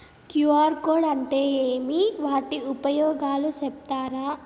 QR code అంటే ఏమి వాటి ఉపయోగాలు సెప్తారా?